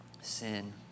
sin